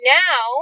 now